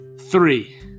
three